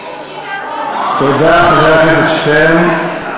תודה, חבר הכנסת שטרן.